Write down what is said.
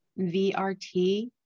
VRT